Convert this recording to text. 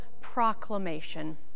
proclamation